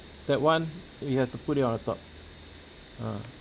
that one you have to put it on the top ah